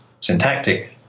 syntactic